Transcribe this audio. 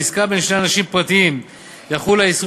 בעסקה בין שני אנשים פרטיים יחול האיסור